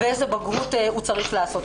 ואיזה בגרות הוא צריך לעשות,